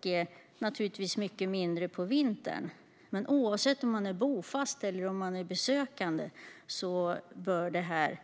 Det är naturligtvis mycket mindre folk på vintern, men oavsett om man ser till de bofasta eller till de besökande bör man